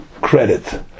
credit